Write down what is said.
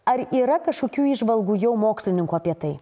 ar yra kažkokių įžvalgų jau mokslininkų apie tai